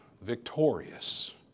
victorious